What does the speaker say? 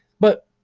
but,